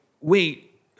wait